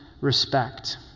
respect